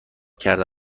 کرده